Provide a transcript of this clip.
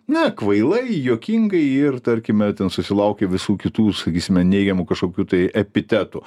na kvailai juokingai ir tarkime ten susilaukia visų kitų sakysime neigiamų kažkokių tai epitetų